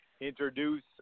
introduce